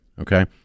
Okay